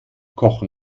kochen